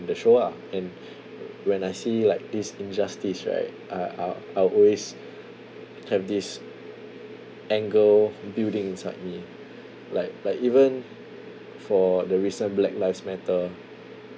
the show ah and when I see like this injustice right I I'll I'll always have this anger building inside me like like even for the recent black lives matter